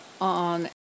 on